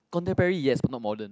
contemporary yes but not modern